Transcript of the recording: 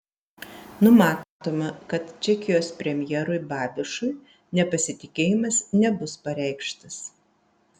numatoma kad čekijos premjerui babišui nepasitikėjimas nebus pareikštas